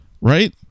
right